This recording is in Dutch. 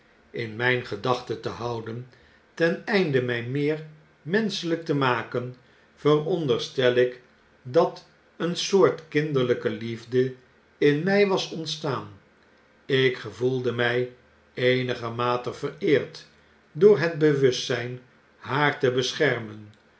in myn gedachten te houden ten einde my meer menschelijk te maken veronderstel ik dateensoortkinde'rlyke liefde in my was ontstaan ik gevoelde my eenigermate vereerd door het bewustzyn haar te beschermen